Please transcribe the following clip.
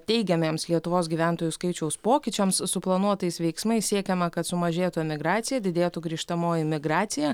teigiamiems lietuvos gyventojų skaičiaus pokyčiams suplanuotais veiksmais siekiama kad sumažėtų emigracija didėtų grįžtamoji migracija